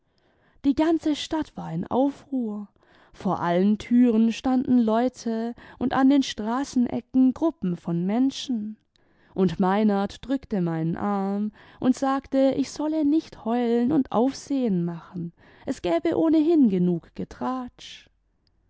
die ganze stadt war in aufruhr vor allen türen standen leute und an den straßenecken gruppen von menschen md meinert drückte meinen arm und sagte ich solle nicht heulen und aufsehen machen es gäbe ohnehin genug getratsch